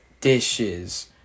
dishes